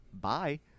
bye